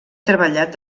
treballat